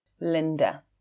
Linda